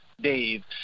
Dave